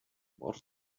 more